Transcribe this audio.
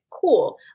cool